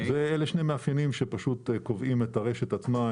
אלה שני מאפיינים שפשוט קובעים את הרשת עצמה,